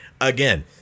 again